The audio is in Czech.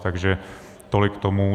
Takže tolik k tomu.